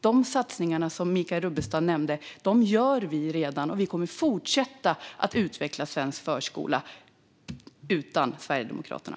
De satsningar som Michael Rubbestad nämnde gör vi redan, och vi kommer att fortsätta att utveckla svensk förskola - utan Sverigedemokraterna.